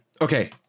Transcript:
okay